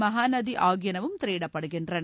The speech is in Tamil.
மகாநதி ஆகியனவும் திரையிடப்படுகின்றன